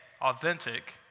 authentic